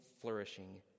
flourishing